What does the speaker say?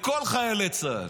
בכל חיילי צה"ל.